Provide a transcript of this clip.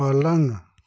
पलंग